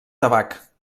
tabac